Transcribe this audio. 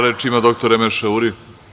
Reč ima dr Emeše Uri.